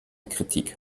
kritik